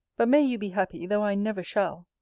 but may you be happy, though i never shall!